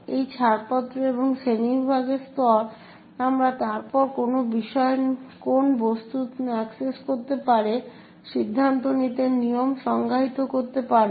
এই ছাড়পত্র এবং শ্রেণীবিভাগের স্তর আমরা তারপর কোন বিষয় কোন বস্তু অ্যাক্সেস করতে পারে সিদ্ধান্ত নিতে নিয়ম সংজ্ঞায়িত করতে পারেন